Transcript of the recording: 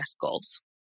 goals